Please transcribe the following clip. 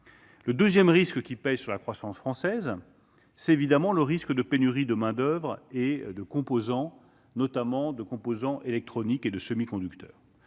Le deuxième risque qui pèse sur la croissance française, c'est le risque de pénurie de main-d'oeuvre et de composants, notamment de composants électroniques et de semi-conducteurs.